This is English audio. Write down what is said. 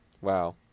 Wow